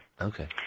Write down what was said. Okay